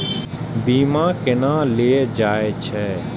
बीमा केना ले जाए छे?